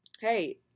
hey